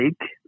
take